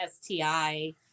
STI